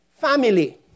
family